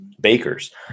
Baker's